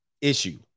issue